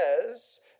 says